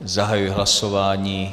Zahajuji hlasování.